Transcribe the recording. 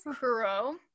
Kuro